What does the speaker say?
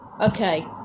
okay